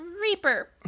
Reaper